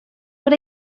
what